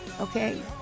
Okay